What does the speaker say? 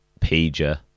pager